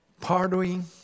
Pardoning